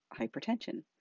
hypertension